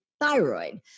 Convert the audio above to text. thyroid